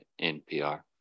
NPR